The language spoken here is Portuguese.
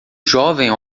jovem